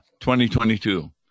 2022